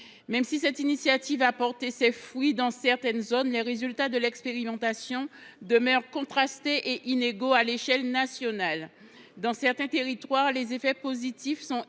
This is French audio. Même si cette initiative a porté ses fruits dans certaines zones, les résultats de l’expérimentation demeurent contrastés à l’échelle nationale. Dans certains territoires, les effets positifs sont